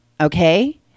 okay